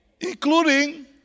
including